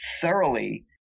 thoroughly